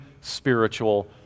spiritual